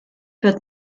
wird